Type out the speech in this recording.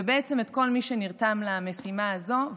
ובעצם את כל מי שנרתם למשימה הזו,